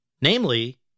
namely